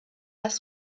das